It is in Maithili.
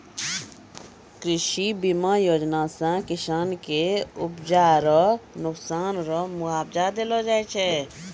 कृषि बीमा योजना से किसान के उपजा रो नुकसान रो मुआबजा देलो जाय छै